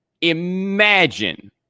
imagine